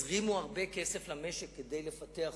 הזרימו הרבה כסף למשק כדי לפתח אותו,